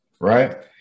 right